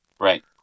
right